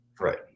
Right